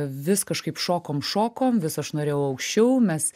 vis kažkaip šokom šokom vis aš norėjau aukščiau mes